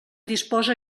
disposa